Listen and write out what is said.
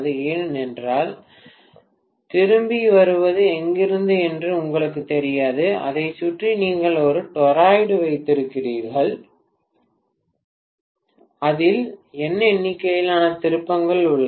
ஏனென்றால் திரும்பி வருவது எங்கிருக்கிறது என்று உங்களுக்குத் தெரியாது அதைச் சுற்றி நீங்கள் ஒரு டொராய்டு வைத்திருக்கிறீர்கள் அதில் N எண்ணிக்கையிலான திருப்பங்கள் உள்ளன